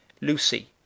Lucy